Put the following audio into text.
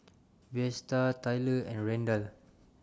Vlasta Tylor and Randal